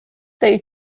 they